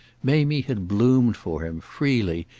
mamie had bloomed for him, freely,